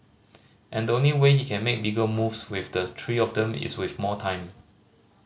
and the only way he can make bigger moves with the three of them is with more time